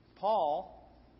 Paul